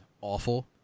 awful